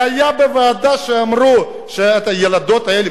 והיה בוועדה שאמרו שהילדות האלה,